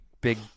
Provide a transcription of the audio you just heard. big